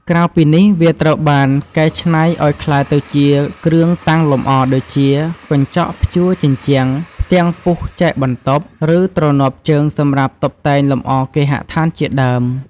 ក្រៅពីនេះវាត្រូវបានគេកែឆ្នៃឲ្យក្លាយទៅជាគ្រឿងតាំងលម្អដូចជា កញ្ចក់ព្យួរជញ្ជាំង ផ្ទាំងពុះចែកបន្ទប់ ឬទ្រនាប់ជើងសម្រាប់តុបតែងលម្អគេហដ្ឋានជាដើម។